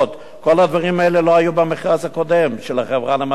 כל הדברים האלה לא היו במכרז הקודם של החברה למתנ"סים.